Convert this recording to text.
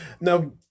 Now